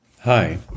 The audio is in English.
Hi